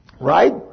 right